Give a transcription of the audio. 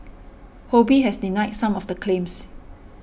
Ho Bee has denied some of the claims